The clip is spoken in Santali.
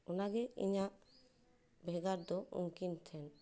ᱚᱱᱟᱜᱮ ᱤᱧᱟᱹᱜ ᱵᱷᱮᱜᱟᱨ ᱫᱚ ᱩᱱᱠᱤᱱ ᱴᱷᱮᱱ